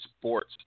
sports